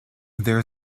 there